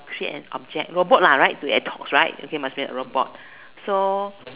create an object robot lah right where it talks right okay must be an robot so